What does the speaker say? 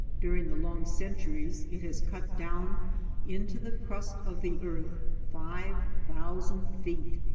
during the long centuries it has cut down into the crust of the earth five thousand feet.